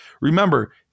remember